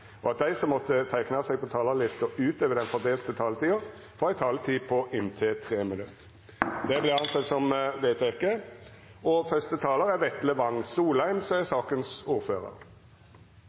at dei som måtte teikna seg på talarlista utover den fordelte taletida, får ei taletid på inntil 3 minutt. – Det